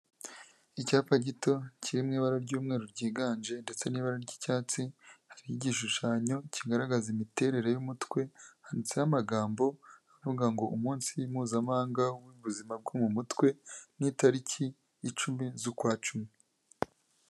Icyapa gito kiri mu ibara ry'umweru ryiganje ndetse n'ibara ry'icyatsi hari igishushanyo kigaragaza imiterere y'umutwe, handitseho amagambo avuga ngo umunsi mpuzamahanga w'ubuzima bwo mu mutwe n'itariki ya icumi z'ukwacumi.